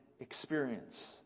experience